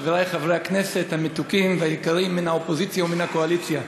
חברי חברי הכנסת המתוקים והיקרים מן האופוזיציה ומן הקואליציה,